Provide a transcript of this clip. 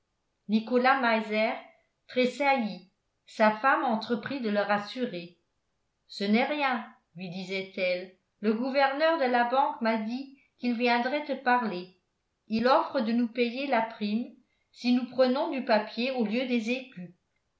nicolas meiser tressaillit sa femme entreprit de le rassurer ce n'est rien lui disait-elle le gouverneur de la banque m'a dit qu'il viendrait te parler il offre de nous payer la prime si nous prenons du papier au lieu des écus